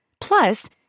Plus